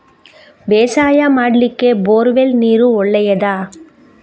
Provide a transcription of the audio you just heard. ಬೇಸಾಯ ಮಾಡ್ಲಿಕ್ಕೆ bore well ನೀರು ಒಳ್ಳೆಯದಾ?